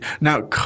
now